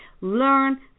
learn